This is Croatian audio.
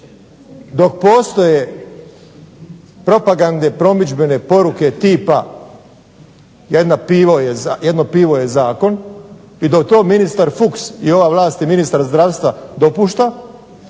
dok postoje propagandne promidžbene poruke tipa Jedno pivo je zakon o dok to ministar Fuchs i ova vlast i ministar zdravstva dopušta